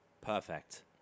Perfect